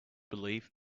believe